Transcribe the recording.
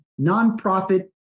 nonprofit